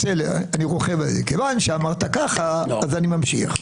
כיוון שאמרת ככה, אני ממשיך.